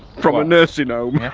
from a nursing home? yeah.